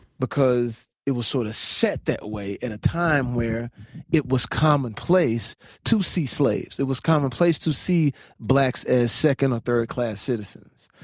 because it was sort of set that way at a time where it was commonplace to see slaves. it was commonplace to see blacks as second or third class citizens.